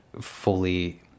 fully